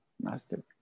master